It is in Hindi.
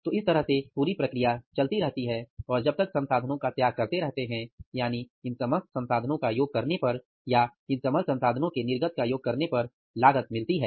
तो इस तरह से पूरी प्रक्रिया चलती रहती है और जब तक हम संसाधनों का त्याग करते रहते हैं यानी इन समस्त संसाधनों का योग करने पर या इन समस्त संसाधनों के निर्गत का योग करने पर लागत मिलती है